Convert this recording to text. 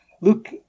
Luke